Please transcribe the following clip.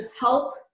help